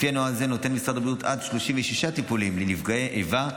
לפי הנוהל הזה נותן משרד הבריאות עד 36 טיפולים לנפגעי איבה,